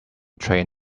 train